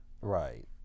Right